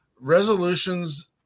resolutions